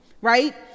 right